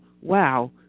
wow